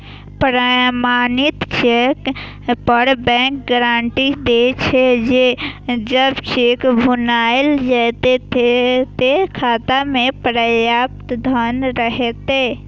प्रमाणित चेक पर bank guarantee दै छे, जे जब चेक भुनाएल जेतै, ते खाता मे पर्याप्त धन रहतै